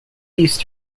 these